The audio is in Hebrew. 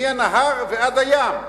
מהנהר ועד הים.